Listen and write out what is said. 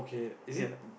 ya